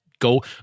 Go